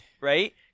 Right